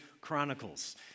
Chronicles